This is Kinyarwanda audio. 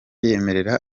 yemerera